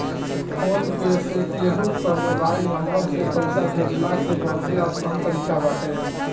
phone पे से केहू कअ मोबाइल नंबर से पईसा भेजला के बहुते आसान तरीका बाटे